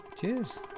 Cheers